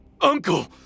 Uncle